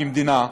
כמדינה,